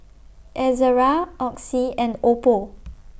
Ezerra Oxy and Oppo